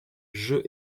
jeux